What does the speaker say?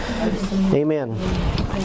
Amen